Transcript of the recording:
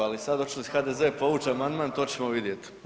Ali sad hoće li HDZ povući amandman to ćemo vidjeti.